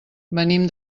venim